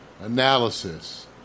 analysis